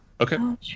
Okay